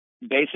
Basic